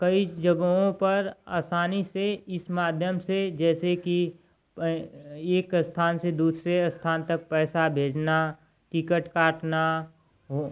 कई जगहों पर असानी से इस माध्यम से जैसे की एक स्थान से दूसरे स्थान तक पैसा भेजना टिकट काटना